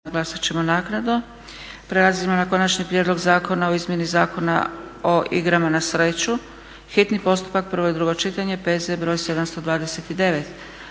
glasat ćemo naknadno. **Leko, Josip (SDP)** Konačni prijedlog zakona o izmjeni Zakona o igrama na sreću, hitni postupak, prvo i drugo čitanje, P.Z. br. 729.